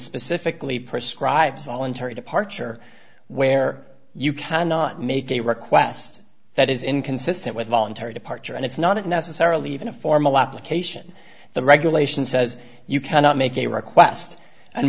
specifically prescribe voluntary departure where you cannot make a request that is inconsistent with voluntary departure and it's not necessarily even a formal application the regulation says you cannot make a request